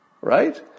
Right